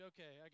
Okay